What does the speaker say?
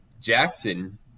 Jackson